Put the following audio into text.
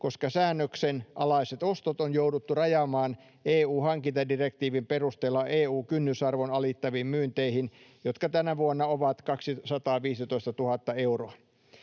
koska säännöksen alaiset ostot on jouduttu rajaamaan EU-hankintadirektiivin perusteella EU-kynnysarvon alittaviin myynteihin, jotka tänä vuonna ovat 215 000 euroa.